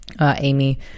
Amy